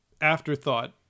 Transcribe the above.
afterthought